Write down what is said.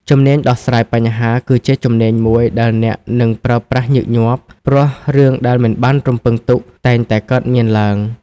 ជំនាញដោះស្រាយបញ្ហា គឺជាជំនាញមួយដែលអ្នកនឹងប្រើប្រាស់ញឹកញាប់ ព្រោះរឿងដែលមិនបានរំពឹងទុកតែងតែកើតមានឡើង។